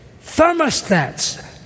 thermostats